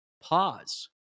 pause